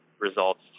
results